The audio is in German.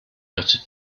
wird